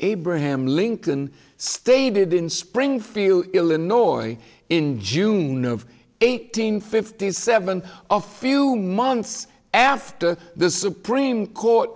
abraham lincoln stated in springfield illinois in june of eight hundred fifty seven of few months after the supreme court